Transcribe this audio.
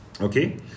Okay